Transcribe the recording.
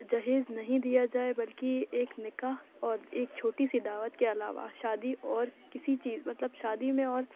جہیز نہیں دیا جائے بلکہ ایک نکاح اور ایک چھوٹی سی دعوت کے علاوہ شادی اور کسی چیز مطلب شادی میں اور